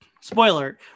spoiler